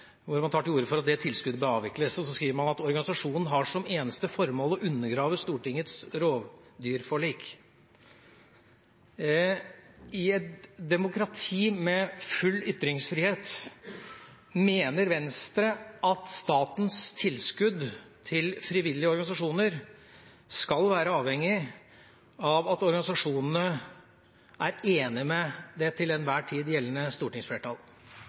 hvor man tar til orde for at tilskuddet til dem blir avviklet: «Organisasjonen har som eneste formål å undergrave Stortingets rovdyrforlik.» I et demokrati med full ytringsfrihet – mener Venstre at statens tilskudd til frivillige organisasjoner skal være avhengig av at organisasjonene er enig med det til enhver tid gjeldende stortingsflertall?